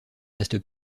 reste